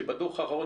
כשבדו"ח האחרון,